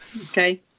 okay